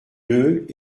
deux